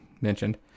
mentioned